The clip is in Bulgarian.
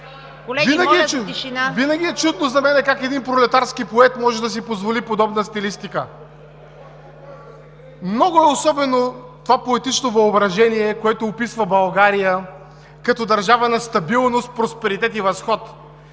Винаги е чудно за мен как един пролетарски поет може да си позволи подобна стилистика. (Реплики.) Много е особено това поетично въображение, което описва България като държава на стабилност, просперитет и възход.